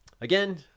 Again